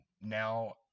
now